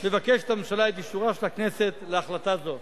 מבקשת הממשלה את אישורה של הכנסת להחלטה זו.